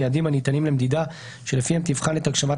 יעדים הניתנים למדידה שלפיהם תבחן את הגשמת